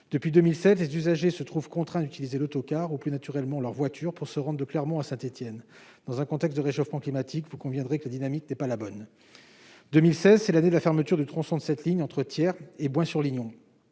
depuis 2007, les usagers se trouvent contraints d'utiliser l'autocar au plus naturellement leur voiture pour se rentrent de Clermont à Saint-Étienne dans un contexte de réchauffement climatique, vous conviendrez que la dynamique n'est pas la bonne 2016 c'est l'année de la fermeture du tronçon de cette ligne entre Thiers et bien sûr l'Union,